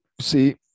See